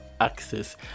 access